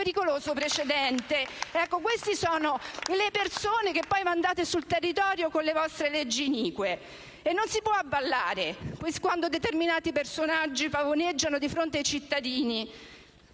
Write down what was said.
Gruppo M5S)*. Queste sono le persone che poi mandate sul territorio con le vostre leggi inique. Ebbene, non si può avallare quanto determinati personaggi pavoneggiano di fronte ai cittadini;